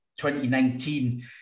2019